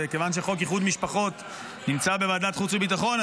וכיוון שחוק איחוד משפחות נמצא בוועדת חוץ וביטחון,